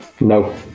no